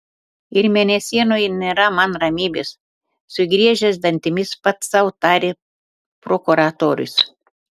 ir mėnesienoje nėra man ramybės sugriežęs dantimis pats sau tarė prokuratorius